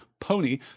pony